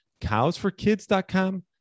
CowsForKids.com